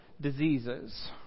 diseases